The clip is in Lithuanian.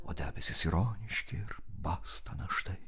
o debesys ironiški ir basta na štai